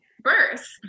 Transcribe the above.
birth